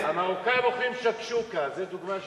המרוקאים אוכלים שקשוקה, זו דוגמה לשקשוקה.